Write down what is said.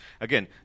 again